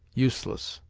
useless.